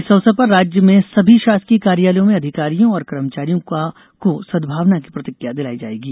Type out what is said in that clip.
इस अवसर पर राज्य में सभी शासकीय कार्यालयों में अधिकारियों और कर्मचारियों को सदभावना की प्रतिज्ञा दिलाई जाएगी